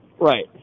Right